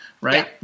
right